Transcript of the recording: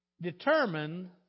determined